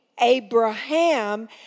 Abraham